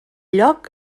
lloc